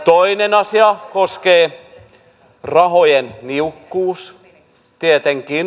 toinen asia koskee rahojen niukkuutta tietenkin